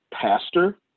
pastor